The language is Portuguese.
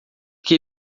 que